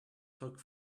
took